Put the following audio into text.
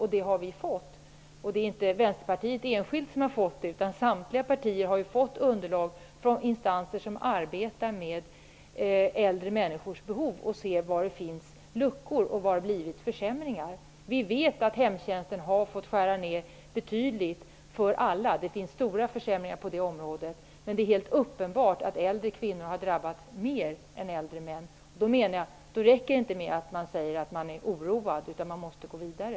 Det har inte bara Vänsterpartiet utan samtliga partier fått från instanser som arbetar med äldre människors behov och ser var det finns luckor och var det har uppstått försämringar. Vi vet att hemtjänsten har fått skära ner betydligt för alla. Det har skett stora försämringar på det området. Men det är helt uppenbart att äldre kvinnor har drabbats mer än äldre män. Då räcker det inte med att säga att man är oroad, utan då måste man gå vidare.